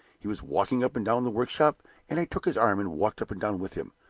he was walking up and down the workshop and i took his arm and walked up and down with him.